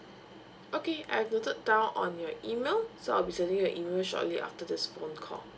okay I've noted down on your email so I'll be sending you an email shortly after this phone call